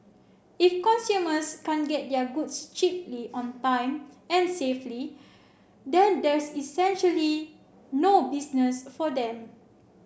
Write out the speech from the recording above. if consumers can't get their goods cheaply on time and safely then there's essentially no business for them